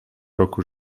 roku